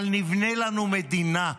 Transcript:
אבל נבנה לנו מדינה,